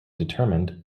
determined